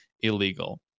illegal